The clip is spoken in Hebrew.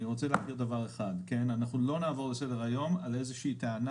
אני רוצה להבהיר דבר אחד: אנחנו לא נעבור לסדר היום על איזושהי טענה